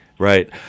Right